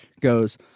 goes